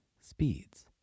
speeds